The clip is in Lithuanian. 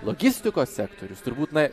logistikos sektorius turbūt na